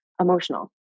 emotional